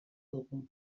dugu